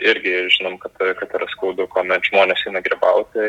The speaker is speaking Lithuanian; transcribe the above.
irgi žinom kad kad yra skaudu kuomet žmonės eina grybauti